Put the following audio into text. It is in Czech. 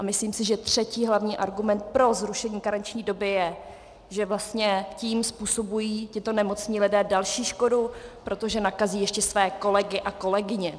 A myslím si, že třetí hlavní argument pro zrušení karenční doby je, že vlastně tím způsobují tito nemocní lidé další škodu, protože nakazí ještě své kolegy a kolegyně.